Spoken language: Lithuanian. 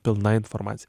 pilna informacija